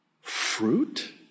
fruit